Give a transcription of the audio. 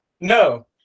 No